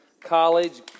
college